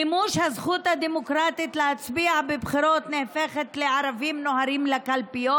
מימוש הזכות הדמוקרטית להצביע בבחירות נהפכת לערבים נוהרים לקלפיות.